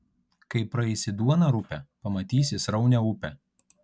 kai praeisi duoną rupią pamatysi sraunią upę